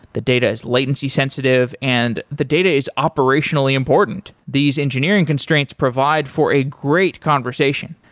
the data is latency sensitive and the data is operationally important. these engineering constraints provide for a great conversation.